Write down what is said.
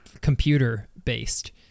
computer-based